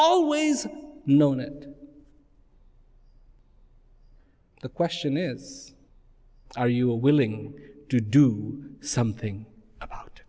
always known it the question is are you willing to do something about